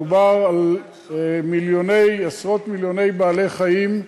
מדובר על עשרות-מיליוני בעלי-חיים,